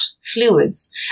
fluids